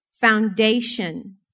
foundation